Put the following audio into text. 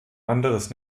anderes